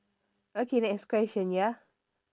okay next question ya